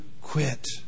quit